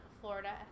Florida